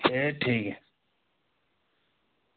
एह् ठीक ऐ